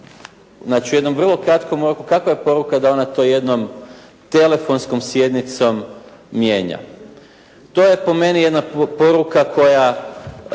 znači u jednom vrlo kratkom, kakva je poruka da ona to jednom telefonskom sjednicom mijenja? To je po meni jedna poruka koja